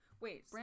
Wait